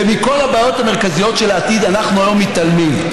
ומכל הבעיות המרכזיות של העתיד אנחנו היום מתעלמים.